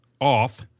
off